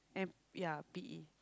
and ya P_E